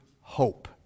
hope